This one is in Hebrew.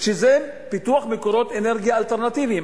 שזה פיתוח מקורות אנרגיה אלטרנטיביים?